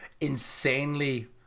insanely